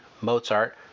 Mozart